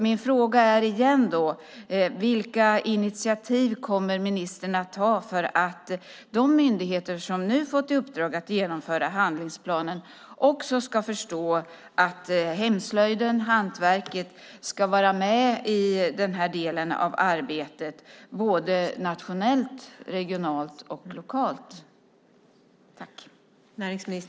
Min fråga är igen: Vilka initiativ kommer ministern att ta för att de myndigheter som har fått i uppdrag att genomföra handlingsplanen ska förstå att hemslöjden, hantverket, ska vara med i den här delen av arbetet, såväl nationellt som regionalt och lokalt?